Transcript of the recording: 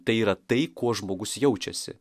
tai yra tai kuo žmogus jaučiasi